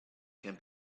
can